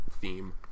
theme